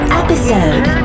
episode